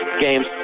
games